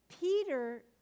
Peter